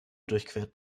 durchquert